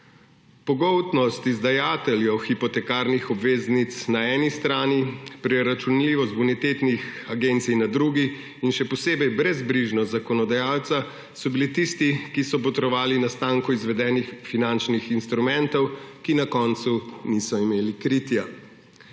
Pogoltnost izdajateljev hipotekarnih obveznic na eni strani, preračunljivost bonitetnih agencij na drugi in še posebej brezbrižnost zakonodajalca so bili tisti, ki so botrovali nastanku izvedenih finančnih instrumentov, ki na koncu niso imeli kritja.